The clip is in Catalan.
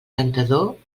rentador